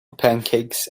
pancakes